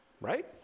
Right